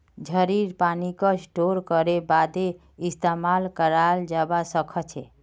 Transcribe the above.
झड़ीर पानीक स्टोर करे बादे इस्तेमाल कराल जबा सखछे